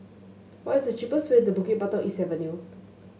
what is the cheapest way to Bukit Batok East Avenue